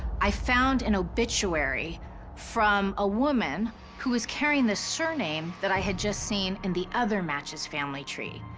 i found an obituary from a woman who was carrying the surname that i had just seen in the other match's family tree.